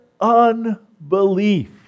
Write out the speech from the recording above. unbelief